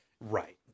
Right